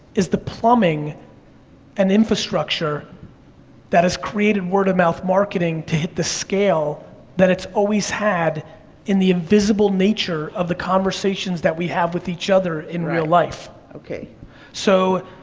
is the plumbing and infrastructure that has created word of mouth marketing to hit the scale that it's always had in the invisible nature of the conversations that we have with each other in real life. so,